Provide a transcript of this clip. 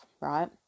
right